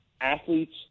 athletes